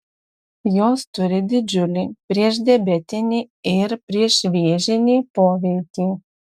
jos turi didžiulį priešdiabetinį ir priešvėžinį poveikį